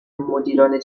مدیران